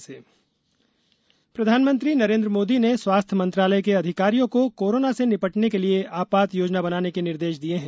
PM निर्देश प्रधानमंत्री नरेन्द्र मोदी ने स्वास्थ्य मंत्रालय के अधिकारियों को कोरोना से निपटने के लिए आपात योजना बनाने के निर्देश दिये हैं